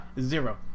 zero